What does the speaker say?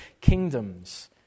kingdoms